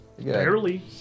Barely